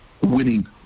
winning